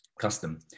custom